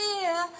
fear